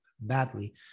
badly